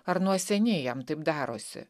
ar nuo seniai jam taip darosi